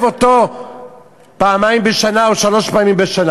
אותו פעמיים בשנה או שלוש פעמים בשנה?